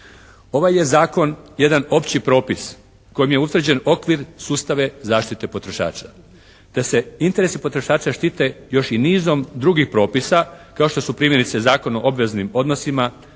Ovaj je zakon jedan opći propis kojim je utvrđen okvir sustava zaštite potrošača. Da se interesi potrošača štite još i nizom drugih propisa kao što su primjerice Zakon o obveznim odnosima,